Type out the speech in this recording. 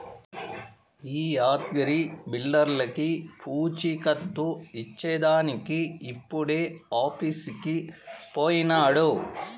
ఈ యాద్గగిరి బిల్డర్లకీ పూచీకత్తు ఇచ్చేదానికి ఇప్పుడే ఆఫీసుకు పోయినాడు